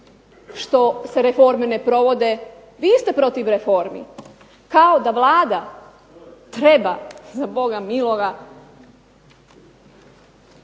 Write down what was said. što se reforme ne provode, vi ste protiv reformi. Kao da Vlada treba za Boga miloga